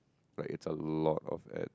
like it's a lot of ad